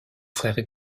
frère